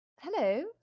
Hello